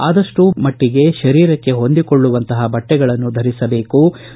ಆದಷ್ಟು ಮಟ್ಟಿಗೆ ಶರೀರಕ್ಷೆ ಹೊಂದಿಕೊಳ್ಳುವಂತಹ ಬಟ್ಷೆಗಳನ್ನು ಧರಿಸತಕ್ಕದ್ದು